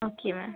okay ma'am